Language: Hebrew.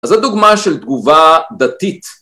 ‫אז זו דוגמה של תגובה דתית.